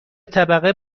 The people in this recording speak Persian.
طبقه